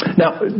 Now